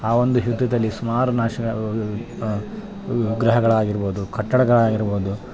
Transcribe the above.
ಆ ಒಂದು ಹ್ಯುದ್ದಲ್ಲಿ ಸುಮಾರು ನಾಶ ವಿಗ್ರಹಗಳಾಗಿರ್ಬೋದು ಕಟ್ಟಡಗಳಾಗಿರ್ಬೋದು